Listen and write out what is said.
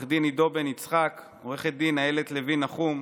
עו"ד עידו בן יצחק, עו"ד איילת לוי נחום,